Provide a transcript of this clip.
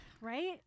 right